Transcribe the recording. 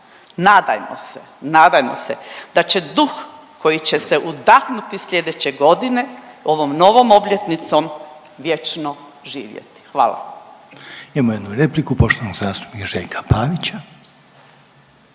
nadajmo se, nadajmo se da će duh koji će se udahnuti sljedeće godine ovom novom obljetnicom vječno živjeti. Hvala.